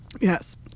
Yes